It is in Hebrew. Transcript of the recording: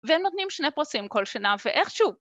והם נותנים שני פרסים כל שנה ואיכשהו.